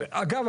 אגב,